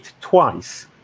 twice